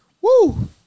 Woo